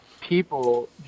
people